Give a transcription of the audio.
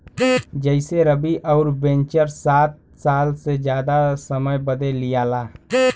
जइसेरवि अउर वेन्चर सात साल से जादा समय बदे लिआला